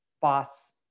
boss